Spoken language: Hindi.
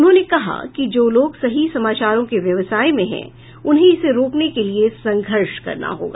उन्होंने कहा कि जो लोग सही समाचारों के व्यवसाय में हैं उन्हें इसे रोकने के लिए संघर्ष करना होगा